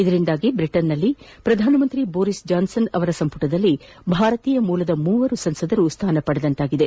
ಇದರಿಂದಾಗಿ ಬ್ರಿಟನ್ನಿನ ಪ್ರಧಾನಮಂತ್ರಿ ಬೋರಿಸ್ ಜಾನ್ಪನ್ ಅವರ ಸಂಪುಟದಲ್ಲಿ ಭಾರತೀಯ ಮೂಲದ ಮೂವರು ಸಂಸದರು ಸ್ಥಾನ ಪಡೆದಂತಾಗಿದೆ